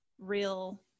real